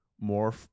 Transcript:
more